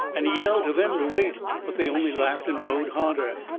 and he yelled to them to wait. but they only laughed and rode harder.